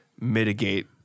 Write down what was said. mitigate